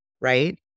right